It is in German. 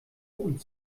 und